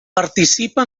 participa